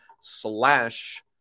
slash